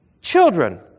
Children